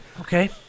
Okay